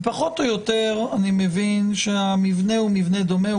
פחות או יותר אני מבין שהמבנה הוא מבנה דומה,